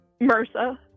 MRSA